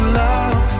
love